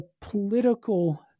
political